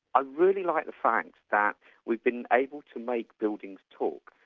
i really like the science that we've been able to make buildings talk,